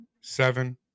seven